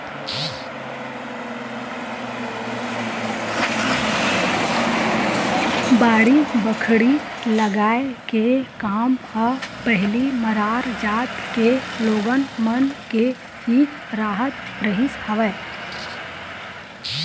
बाड़ी बखरी लगाए के काम ह पहिली मरार जात के लोगन मन के ही राहत रिहिस हवय